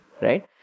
right